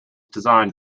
designed